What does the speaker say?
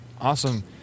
Awesome